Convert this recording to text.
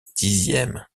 dixième